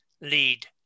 lead